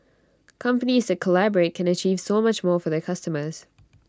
companies that collaborate can achieve so much more for the customers